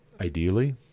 ideally